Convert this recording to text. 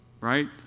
right